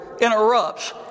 interrupts